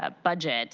ah budget